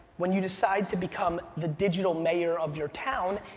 when you decide to become the digital mayor of your town,